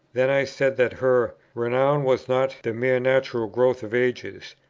then i said that her renown was not the mere natural growth of ages,